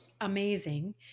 amazing